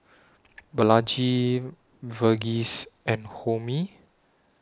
Balaji Verghese and Homi